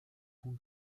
con